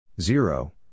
Zero